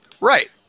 right